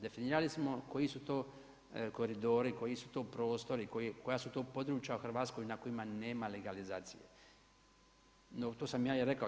Definirali smo koji su to koridori, koji su to prostori, koja su to područja u Hrvatskoj na kojima nema legalizacije, to sam ja i rekao.